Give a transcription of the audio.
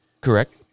correct